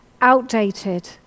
outdated